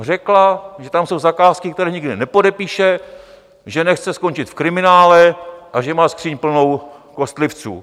Řekla, že tam jsou zakázky, které nikdy nepodepíše, že nechce skončit v kriminále a že má skříň plnou kostlivců.